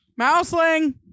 Mouseling